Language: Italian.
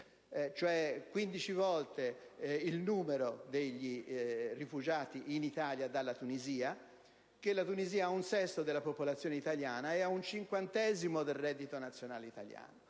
cioè 15 volte il numero dei rifugiati in Italia dalla Tunisia, che la Tunisia ha un sesto della popolazione italiana e ha un cinquantesimo del reddito nazionale italiano,